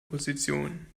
position